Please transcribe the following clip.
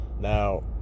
Now